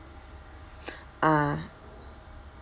ah